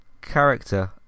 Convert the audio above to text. character